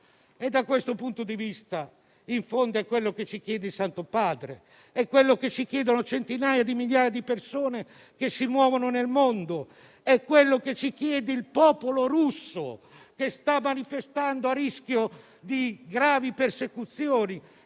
Da questo punto di vista, in fondo, è quello che ci chiede il Santo Padre, è quello che ci chiedono centinaia di migliaia di persone che si muovono nel mondo, è quello che ci chiede il popolo russo, che sta manifestando a rischio di gravi persecuzioni,